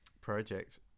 project